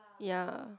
ya